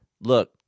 look